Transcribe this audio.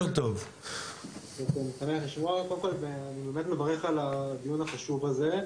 קודם כל אני באמת מברך על הדיון החשוב הזה.